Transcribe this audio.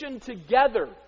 together